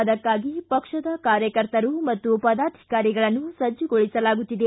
ಅದಕ್ಕಾಗಿ ಪಕ್ಷದ ಕಾರ್ಯಕರ್ತರು ಮತ್ತು ಪದಾಧಿಕಾರಿಗಳನ್ನು ಸಜ್ಜುಗೊಳಿಸಲಾಗುತ್ತಿದೆ